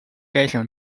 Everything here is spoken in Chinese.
该省